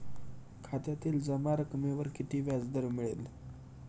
खात्यातील जमा रकमेवर किती व्याजदर मिळेल?